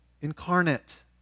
incarnate